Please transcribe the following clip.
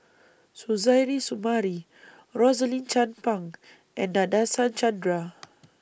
Suzairhe Sumari Rosaline Chan Pang and Nadasen Chandra